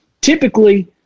typically